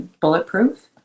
bulletproof